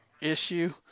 issue